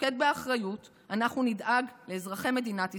לתפקד באחריות, אנחנו נדאג לאזרחי מדינת ישראל,